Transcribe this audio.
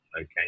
Okay